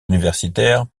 universitaire